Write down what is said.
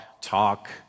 talk